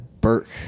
Burke